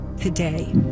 today